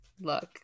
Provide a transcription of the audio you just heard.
Look